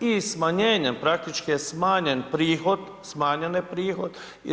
I smanjenjem praktički je smanjen prihod, smanjen je prihod.